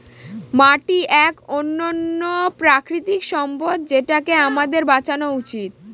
মাটি এক অনন্য প্রাকৃতিক সম্পদ যেটাকে আমাদের বাঁচানো উচিত